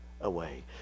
away